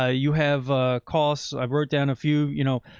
ah you have, ah costs i've wrote down a few, you know,